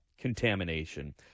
contamination